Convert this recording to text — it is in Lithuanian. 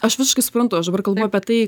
aš visiškai suprantu aš dabar kalbu apie tai